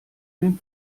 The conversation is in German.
den